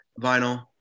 vinyl